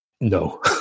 No